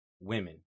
women